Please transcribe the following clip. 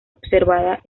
observada